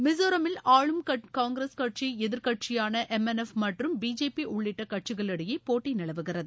மிசோராமில் ஆளும் காங்கிரஸ் கட்சி எதிர்கட்சியான எம் என் எப் மற்றும் பிஜேபி உள்ளிட்ட கட்சிகளுக்கிடையே போட்டி நிலவுகிறது